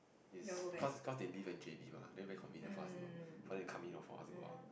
it's cause cause they live in J_B mah then very convenient for us to go for they come in or for us to go out